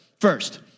first